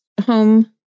home